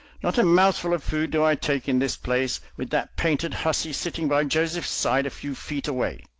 not a mouthful of food do i take in this place with that painted hussy sitting by joseph's side a few feet away!